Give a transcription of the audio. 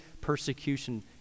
persecution